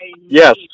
Yes